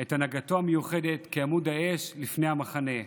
את הנהגתו המיוחדת כעמוד האש לפני המחנה.